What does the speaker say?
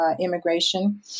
immigration